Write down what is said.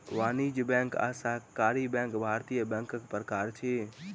वाणिज्य बैंक आ सहकारी बैंक भारतीय बैंकक प्रकार अछि